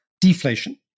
deflation